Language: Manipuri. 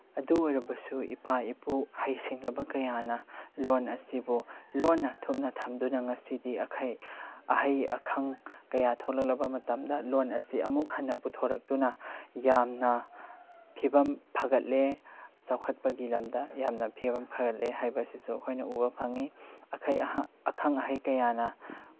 ꯑꯗꯨ ꯑꯣꯏꯔꯕꯁꯨ ꯏꯄꯥ ꯏꯄꯨ ꯍꯩꯁꯤꯡꯂꯕ ꯀꯌꯥꯅ ꯂꯣꯟ ꯑꯁꯤꯕꯨ ꯂꯣꯟꯅ ꯊꯨꯞꯅ ꯊꯝꯗꯨꯅ ꯉꯁꯤꯗꯤ ꯑꯈꯪ ꯑꯍꯩ ꯀꯌꯥ ꯊꯣꯛꯂꯛꯂꯕ ꯃꯇꯝꯗ ꯂꯣꯟ ꯑꯁꯤ ꯑꯃꯨꯛ ꯍꯟꯅ ꯄꯨꯊꯣꯔꯛꯇꯨꯅ ꯌꯥꯝꯅ ꯐꯤꯕꯝ ꯐꯒꯠꯂꯦ ꯆꯥꯎꯈꯠꯄꯒꯤ ꯂꯝꯗ ꯌꯥꯝꯅ ꯐꯤꯕꯝ ꯐꯒꯠꯂꯦ ꯍꯥꯏꯕ ꯑꯁꯤꯁꯨ ꯑꯩꯈꯣꯏꯅ ꯎꯕ ꯐꯪꯏ ꯑꯈꯪ ꯑꯍꯩ ꯀꯌꯥꯅ